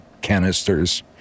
canisters